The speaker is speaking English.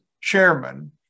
chairman